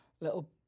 Little